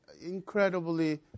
incredibly